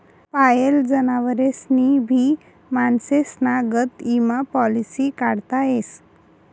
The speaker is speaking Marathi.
पायेल जनावरेस्नी भी माणसेस्ना गत ईमा पालिसी काढता येस